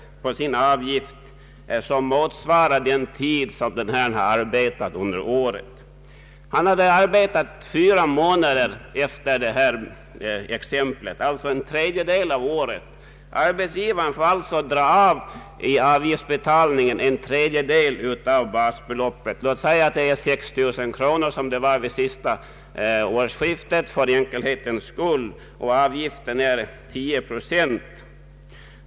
I det anförda exemplet hade den anställde arbetat under fyra månader, alltså en tredjedel av året. Arbetsgivaren får då dra av en tredjedel av basbeloppet vid avgiftsbetalningen. Låt oss för enkelhetens skull säga att detta är det belopp på 6 000 kronor som gällde vid det senaste årsskiftet och att avgiften utgör 10 procent.